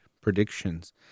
predictions